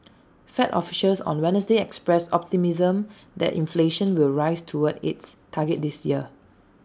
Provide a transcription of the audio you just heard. fed officials on Wednesday expressed optimism that inflation will rise toward its target this year